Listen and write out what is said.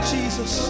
Jesus